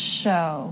show